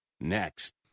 next